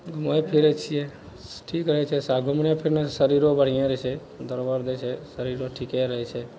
घुमै फिरै छिए ठीक रहै छै सब घुमने फिरनेसे शरीरो बढ़िएँ रहै छै दरबर दै छै शरीरो ठिके रहै छै